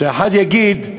שאחד יגיד,